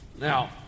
Now